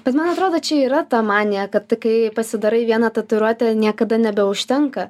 bet man atrodo čia yra ta manija kad kai pasidarai vieną tatuiruotę niekada nebeužtenka